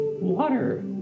Water